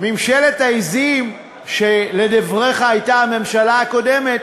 ממשלת העזים שלדבריך הייתה הממשלה הקודמת,